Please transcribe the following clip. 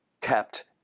kept